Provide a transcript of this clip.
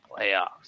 Playoffs